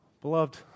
Beloved